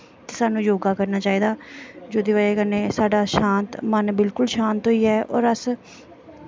सानूं योगा करना चाहिदा ऐ जेह्दे बजह कन्नै साढ़ा शांत मन बिल्कुल शांत होेई जा होर अस